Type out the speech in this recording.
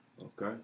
Okay